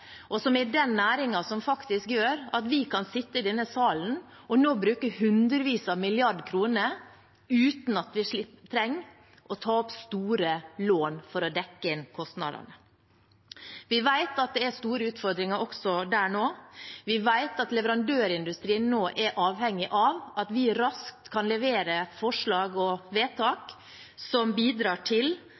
og den næringen som faktisk gjør at vi kan sitte i denne salen og nå bruke hundrevis av milliarder kroner uten at vi trenger å ta opp store lån for å dekke inn kostnadene. Vi vet at det er store utfordringer også der nå, vi vet at leverandørindustrien nå er avhengig av at vi raskt kan levere forslag og vedtak som bidrar til